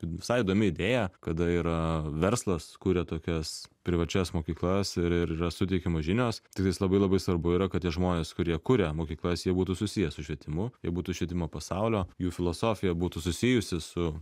visai įdomi idėja kada yra verslas kuria tokias privačias mokyklas ir ir yra suteikiamos žinios tiktais labai labai svarbu yra kad tie žmonės kurie kuria mokyklas jie būtų susiję su švietimu jie būtų švietimo pasaulio jų filosofija būtų susijusi su